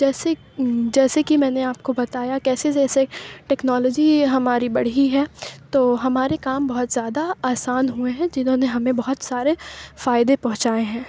جیسے جیسے کہ میں نے آپ کو بتایا کیسے جیسے ٹیکنالوجی ہماری بڑھی ہے تو ہمارے کام بہت زیادہ آسان ہوئے ہیں جنہوں نے ہمیں بہت سارے فائدے پہنچائے ہیں